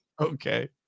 Okay